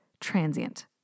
transient